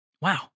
Wow